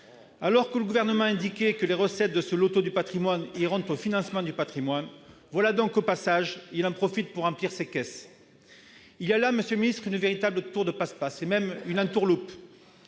Alors que le Gouvernement indiquait que les recettes de ce loto du patrimoine iraient au financement du patrimoine, voilà qu'il en profite pour remplir ses caisses au passage. Il y a là, monsieur le ministre, un véritable tour de passe-passe et même une entourloupe